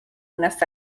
unas